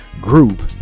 group